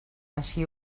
així